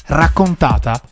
raccontata